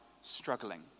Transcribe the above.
struggling